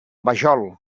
vajol